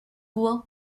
quo